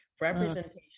Representation